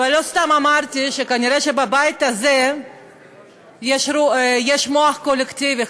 אבל לא סתם אמרתי שכנראה בבית הזה יש מוח קולקטיבי.